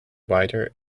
wider